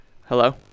Hello